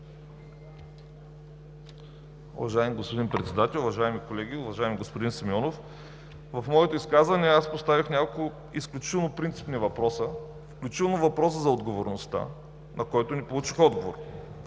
Уважаеми господин Председател, уважаеми колеги! Уважаеми господин Симеонов, в изказването си поставих няколко изключително принципни въпроса, включително въпроса за отговорността, на който не получих отговор.